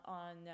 on